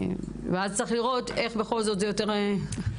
ואז צריך לראות איך בכל זאת זה יותר נגיש